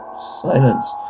silence